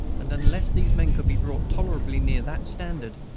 and unless these men could be brought tolerably near that standard,